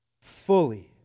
Fully